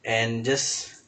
and just